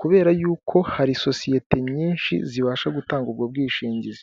kubera y'uko hari sosiyete nyinshi zibasha gutanga ubwo bwishingizi.